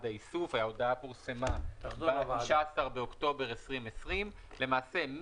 האיסוף ההודעה פורסמה ב-19 באוקטובר 2020. למעשה,